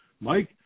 Mike